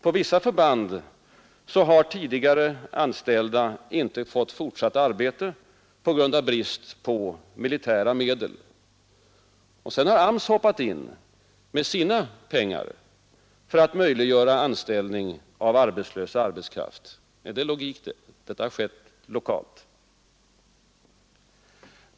På vissa förband har tidigare anställda inte fått fortsatt arbete på grund av brist på militära medel. Sedan har AMS hoppat in med sina pengar för att möjliggöra anställning av arbetslös arbetskraft. Är det logik?